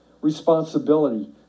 responsibility